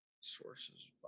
Sources